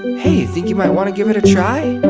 hey, think you might wanna give it a try?